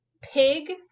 Pig